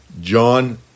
John